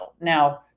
Now